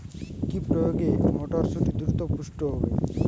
কি প্রয়োগে মটরসুটি দ্রুত পুষ্ট হবে?